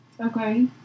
Okay